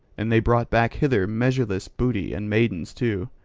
and they brought back hither measureless booty and maidens too.